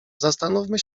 zastanówmy